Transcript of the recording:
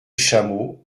chameau